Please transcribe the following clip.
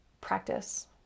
practice